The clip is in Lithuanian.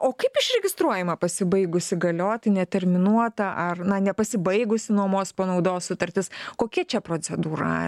o kaip išregistruojama pasibaigusį galioti neterminuota ar na nepasibaigusi nuomos panaudos sutartis kokia čia procedūra